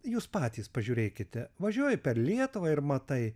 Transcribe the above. jūs patys pažiūrėkite važiuoji per lietuvą ir matai